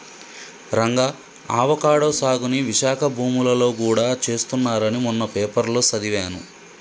Ranga avocado సాగుని విశాఖ భూములలో గూడా చేస్తున్నారని మొన్న పేపర్లో సదివాను